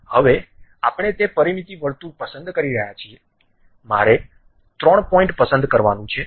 હવે આપણે તે પરિમિતિ વર્તુળ પસંદ કરી રહ્યા છીએ મારે ત્રણ પોઇન્ટ પસંદ કરવાનું છે